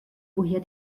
woher